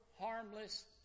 harmless